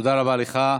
תודה רבה לך.